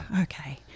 Okay